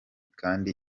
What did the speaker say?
kandi